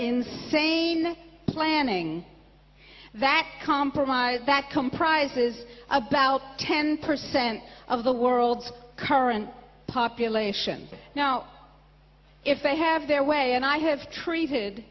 insane planning that compromise that comprises about ten percent of the world current population now if they have their way and i have treated